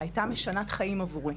הייתה משנת חיים עבורי.